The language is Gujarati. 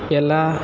પહેલાં